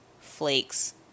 flakes